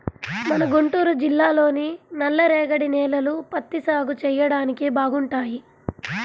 మన గుంటూరు జిల్లాలోని నల్లరేగడి నేలలు పత్తి సాగు చెయ్యడానికి బాగుంటాయి